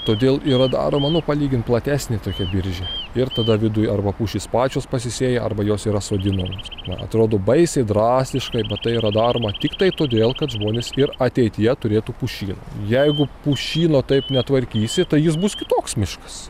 todėl yra daroma nu palygint platesnė tokia biržė ir tada viduj arba pušys pačios pasisėja arba jos yra sodinamos man atrodo baisiai drastiškai bet tai yra daroma tiktai todėl kad žmonės ir ateityje turėtų pušyną jeigu pušyno taip netvarkysi tai jis bus kitoks miškas